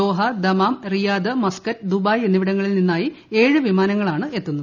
Doha Dammam Riyadh Muscat Dubai എന്നിവിടങ്ങളിൽ നിന്നായി ഏഴ് വിമാനങ്ങളാണ് എത്തുക